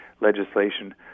legislation